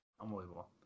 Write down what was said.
unbelievable